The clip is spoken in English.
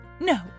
No